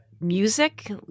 music